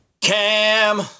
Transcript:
Cam